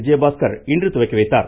விஜயபாஸ்கர் இன்று துவக்கி வைத்தார்